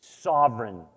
sovereign